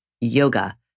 yoga